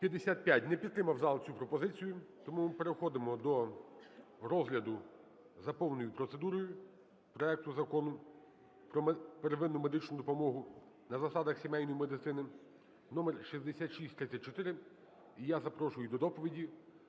Не підтримав зал цю пропозицію. Тому ми переходимо до розгляду за повною процедурою проекту Закону про первинну медичну допомогу на засадах сімейної медицини (№ 6634). І я запрошую до доповіді